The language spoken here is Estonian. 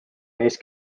neist